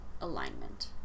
alignment